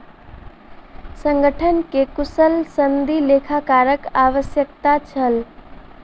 संगठन के कुशल सनदी लेखाकारक आवश्यकता छल